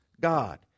God